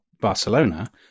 Barcelona